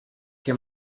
que